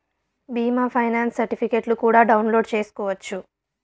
బీమా ఫైనాన్స్ సర్టిఫికెట్లు కూడా డౌన్లోడ్ చేసుకోవచ్చు